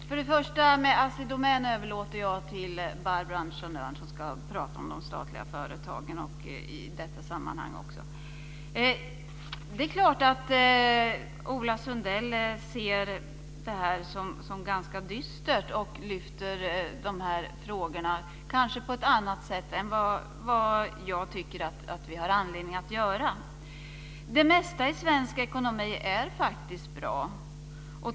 Herr talman! Först och främst överlåter jag frågan om Assi Domän till Barbro Andersson Öhrn, som ska tala om de statliga företagen i detta sammanhang. Ola Sundell ser mer dystert på de här frågorna än vad jag tycker att vi har anledning att göra. Det mesta i svensk ekonomi är faktiskt bra.